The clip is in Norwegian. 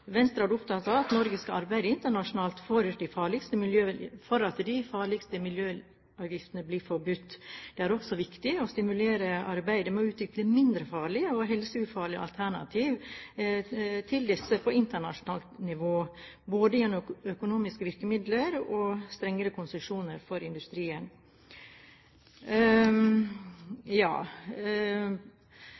Venstre er opptatt av at Norge skal arbeide internasjonalt for at de farligste miljøgiftene blir forbudt. Det er også viktig å stimulere arbeidet med å utvikle mindre farlige og helseufarlige alternativ til disse på internasjonalt nivå, både gjennom økonomiske virkemidler og strengere konsesjoner for industrien.